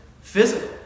physical